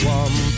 one